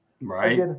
Right